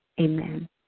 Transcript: Amen